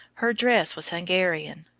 her dress was hungarian,